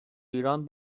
ایران